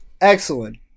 Excellent